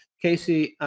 casey,